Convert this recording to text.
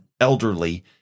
elderly